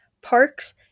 parks